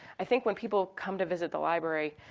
i think when people come to visit the library,